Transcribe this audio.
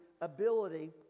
ability